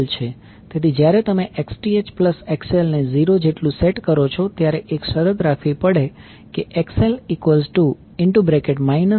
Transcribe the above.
તેથી જ્યારે તમે Xth XL ને 0 જેટલું સેટ કરો છો ત્યારે એક શરત રાખવી પડે કે XL